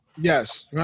Yes